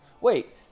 wait